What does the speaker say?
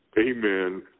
Amen